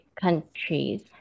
countries